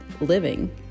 living